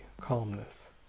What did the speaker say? calmness